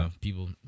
people